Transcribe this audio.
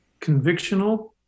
convictional